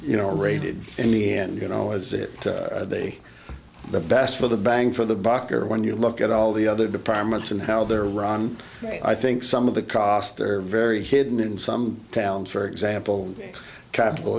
you know rated in the end you know is it they the best for the bang for the buck or when you look at all the other departments and how they're run i think some of the cost they're very hidden in some towns for example capital